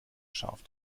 scharf